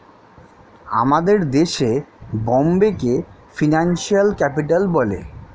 আমাদের দেশে বোম্বেকে ফিনান্সিয়াল ক্যাপিটাল বলে